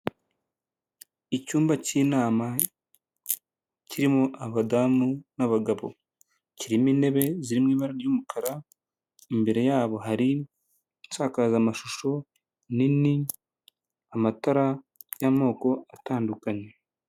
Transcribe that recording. Icyumba k'inama kirimo abadamu n'abagabo, kirimo intebe ziri mu ibara ry'umukara. Imbere yabo hari insakazamashusho nini, amatara y'amoko atandukanye.